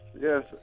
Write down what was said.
Yes